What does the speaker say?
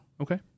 Okay